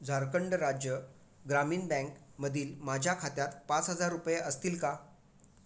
झारखंड राज्य ग्रामीण बँकमधील माझ्या खात्यात पाच हजार रुपये असतील का